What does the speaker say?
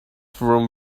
from